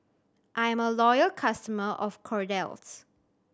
I am a loyal customer of Kordel's